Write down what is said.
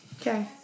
Okay